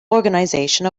organisation